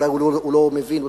אולי הוא לא מבין,